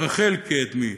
רחל קדמי,